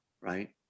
right